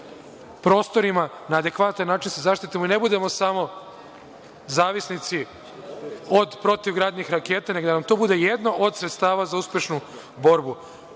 prostorima na adekvatan način se zaštitimo i ne budemo samo zavisnici od protivgradnih raketa, nego da nam to bude jedno od sredstava za uspešnu borbu. Još